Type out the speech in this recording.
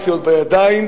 פציעות בידיים,